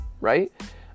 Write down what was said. right